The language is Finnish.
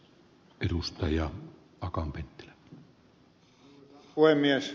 arvoisa puhemies